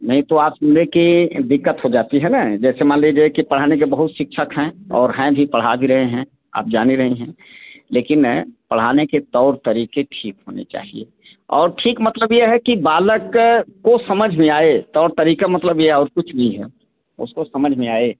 नहीं तो आप सुने कि दिक्कत हो जाती है न जैसे मान लीजिए कि पढ़ने के बहुत शिक्षक हैं और हैं भी पढ़ा भी रहे हैं आप जान ही रही हैं लेकिन पढ़ाने के तौर तरीके ठीक होने चाहिए और ठीक मतलब ये है कि बालक को समझ में आए तौर तरीके मतलब ये और कुछ नहीं है उसको समझ में आए